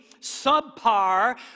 subpar